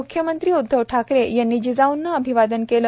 म्ख्यमंत्री उद्धव ठाकरे यांनी जिजाऊंना अभिवादन केलं